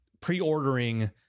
pre-ordering